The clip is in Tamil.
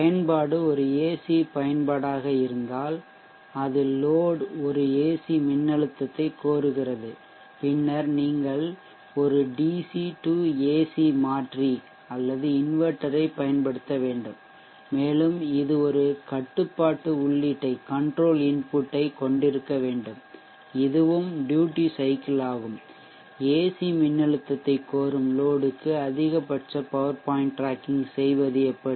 பயன்பாடு ஒரு ஏசி பயன்பாடாக இருந்தால் அது லோட் ஒரு ஏசி மின்னழுத்தத்தைக் கோருகிறது பின்னர் நீங்கள் ஒரு டிசி ஏசி மாற்றி அல்லது இன்வெர்ட்டரைப் பயன்படுத்த வேண்டும் மேலும் இது ஒரு கட்டுப்பாட்டு உள்ளீட்டைக் கன்ட்ரோல் இன்புட் கொண்டிருக்க வேண்டும் இதுவும் ட்யூட்டி சைக்கிள் ஆகும் ஏசி மின்னழுத்தத்தைக் கோரும் லோட்க்கு அதிகபட்ச பவர் பாயிண்ட் டிராக்கிங் செய்வது எப்படி